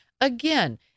again